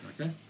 Okay